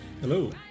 Hello